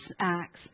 acts